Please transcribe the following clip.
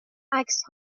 عکس